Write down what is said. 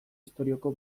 istorioko